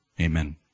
amen